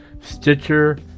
Stitcher